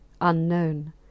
unknown